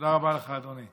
תודה רבה לך, אדוני.